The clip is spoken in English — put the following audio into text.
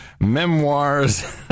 Memoirs